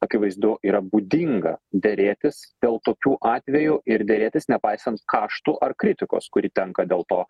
akivaizdu yra būdinga derėtis dėl tokių atvejų ir derėtis nepaisant kaštų ar kritikos kuri tenka dėl to